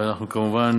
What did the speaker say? וכמובן,